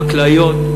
חקלאיות,